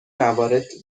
موارد